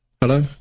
Hello